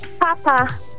Papa